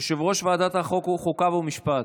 יושב-ראש ועדת החוקה, חוק ומשפט.